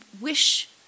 wish